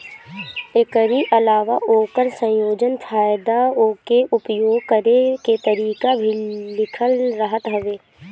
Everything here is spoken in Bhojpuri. एकरी अलावा ओकर संयोजन, फायदा उके उपयोग करे के तरीका भी लिखल रहत हवे